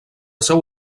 seu